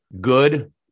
Good